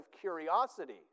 curiosity